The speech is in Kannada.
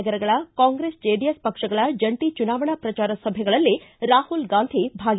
ನಗರಗಳ ಕಾಂಗ್ರೆಸ್ ಜೆಡಿಎಸ್ ಪಕ್ಷಗಳ ಜಂಟಿ ಚುನಾವಣಾ ಪ್ರಚಾರ ಸಭೆಗಳಲ್ಲಿ ರಾಹುಲ್ ಗಾಂಧಿ ಭಾಗಿ